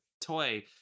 toy